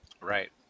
Right